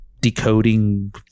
decoding